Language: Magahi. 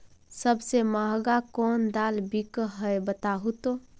सबसे महंगा कोन दाल बिक है बताहु तो?